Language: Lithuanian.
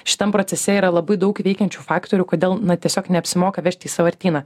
šitam procese yra labai daug veikiančių faktorių kodėl na tiesiog neapsimoka vežti į sąvartyną